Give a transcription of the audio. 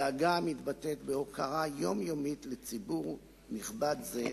הדאגה מתבטאת בהוקרה יומיומית לציבור נכבד זה,